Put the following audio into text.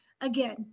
again